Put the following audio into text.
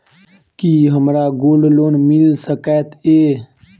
की हमरा gold loan मिल सकैत ये?